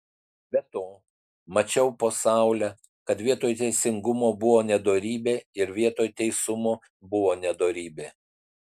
be to mačiau po saule kad vietoj teisingumo buvo nedorybė ir vietoj teisumo buvo nedorybė